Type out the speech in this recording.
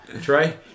Trey